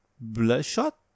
Bloodshot